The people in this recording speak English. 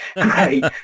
Great